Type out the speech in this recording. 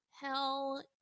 Hell